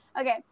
Okay